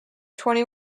twenty